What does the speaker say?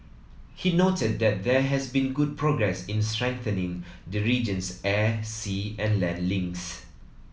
he noted that there has been good progress in strengthening the region's air sea and land links